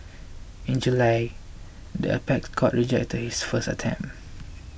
in July the apex court rejected his first attempt